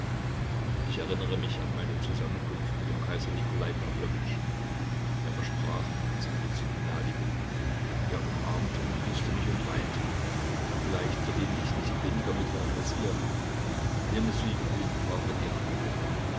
ich erinnere mich an meine zusammenkunft mit dem kaiser nikolai pawlowitsch er versprach uns alle zu begnadigen er umarmte und küßte mich und weinte vielleicht verdiene ich nicht weniger mitleid als ihr